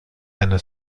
eine